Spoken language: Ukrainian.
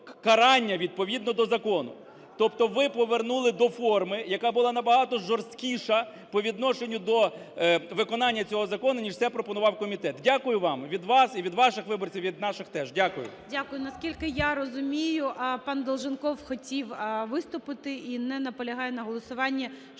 карання відповідно до закону. Тобто ви повернули до форми, яка була набагато жорсткіша по відношенню до виконання цього закону, ніж це пропонував комітет. Дякую вам від вас і від ваших виборців, і від наших теж. Дякую.